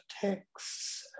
texts